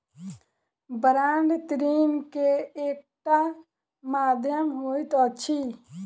bond ऋण के एकटा माध्यम होइत अछि